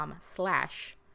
slash